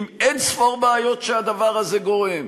עם אין-ספור בעיות שהדבר הזה גורם.